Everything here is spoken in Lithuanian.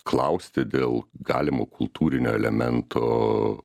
klausti dėl galimo kultūrinio elemento